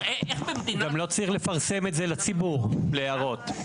וגם לא צריך לפרסם את זה לציבור להערות.